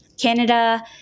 Canada